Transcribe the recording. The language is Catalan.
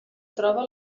troba